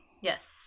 Yes